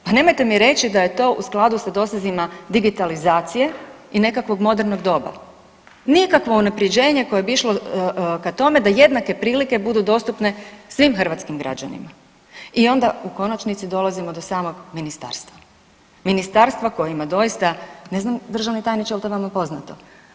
Pa nemojte mi reći da je to u skladu sa dosezima digitalizacije i nekakvog modernog doba, nikakvo unapređenje koje bi išlo ka tome da jednake prilike budu dostupne svim Hrvatskim građanima i onda u konačnici dolazimo do samog Ministarstva, Ministarstva koje ima doista, ne znam Državni tajniče jel to vama poznato?